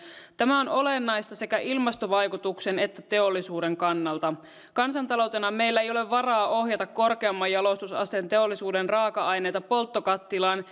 tämä on olennaista sekä ilmastovaikutuksen että teollisuuden kannalta kansantaloutena meillä ei ole varaa ohjata korkeamman jalostusasteen teollisuuden raaka aineita polttokattilaan